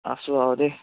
আছোঁ আৰু দেই